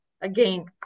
Again